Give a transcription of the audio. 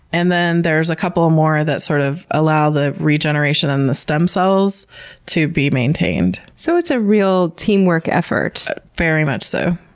and then there's a couple more that sort of allow the regeneration and the stem cells to be maintained. so, it's a real teamwork effort very much so.